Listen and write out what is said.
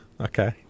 okay